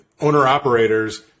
owner-operators